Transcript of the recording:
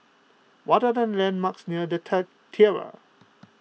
what are the landmarks near the Tiara